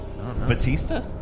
Batista